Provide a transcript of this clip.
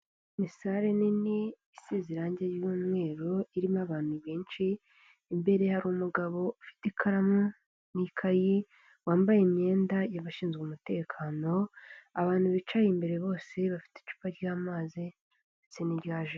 Ni sare nini isize irangi ry'umweru irimo abantu benshi, imbere hari umugabo ufite ikaramu n'ikayi, wambaye imyenda y'abashinzwe umutekano, abantu bicaye imbere bose bafite icupa ry'amazi ndetse n'irya ji.